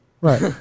Right